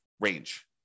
range